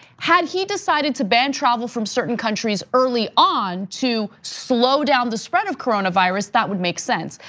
had he decided to ban travel from certain countries early on. to slow down the spread of coronavirus that would make sense.